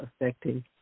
affecting